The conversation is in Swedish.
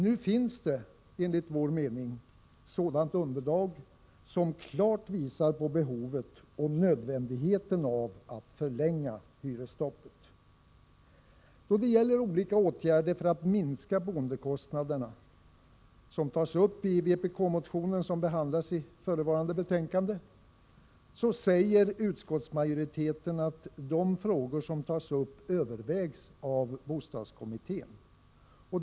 Nu finns enligt vår mening sådant underlag, som klart visar på behovet och nödvändigheten av att förlänga hyresstoppet. Då det gäller de olika åtgärder för att minska boendekostnaderna som tas upp i den vpk-motion som behandlas i förevarande betänkande säger utskottsmajoriteten att de frågor som tas upp övervägs av bostadskommittén.